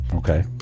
Okay